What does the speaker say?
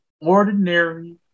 ordinary